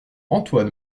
antoine